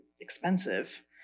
expensive